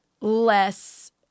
less